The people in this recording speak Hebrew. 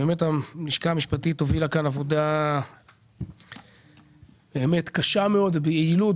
הלשכה המשפטית הובילה כאן עבודה קשה ביעילות